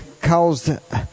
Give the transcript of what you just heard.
caused –